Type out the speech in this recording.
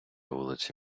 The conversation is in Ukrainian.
вулиці